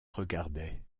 regardaient